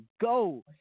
go